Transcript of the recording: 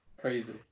Crazy